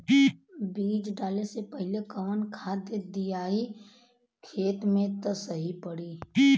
बीज डाले से पहिले कवन खाद्य दियायी खेत में त सही पड़ी?